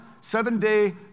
seven-day